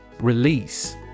Release